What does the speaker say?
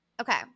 Okay